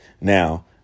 Now